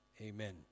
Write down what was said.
Amen